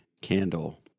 candle